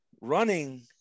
Running